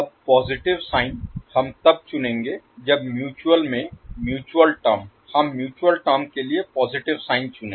अब positive sign हम तब चुनेंगे जब म्यूचुअल में म्यूचुअल टर्म हम म्यूचुअल टर्म के लिए पॉजिटिव साइन चुनें